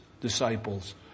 disciples